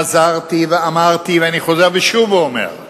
חזרתי ואמרתי, ואני חוזר ושוב אומר: